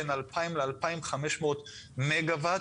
בין 2,000 ל-2,500 מגה וואט.